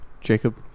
Jacob